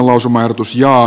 lausumaehdotus ja